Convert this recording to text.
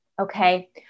Okay